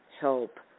help